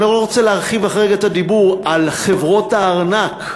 אני לא רוצה להרחיב את הדיבור על חברות הארנק,